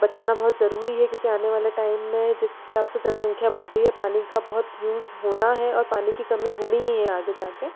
बचाना बहुत जरूरी है क्योंकि आने वाले टाइम में जिस हिसाब से जनसंख्या बढ़ रही है पानी का बहुत यूज़ होना है और पानी की कमी होनी ही है आगे जा कर